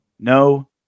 No